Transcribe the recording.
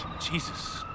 Jesus